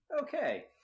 Okay